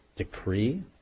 decree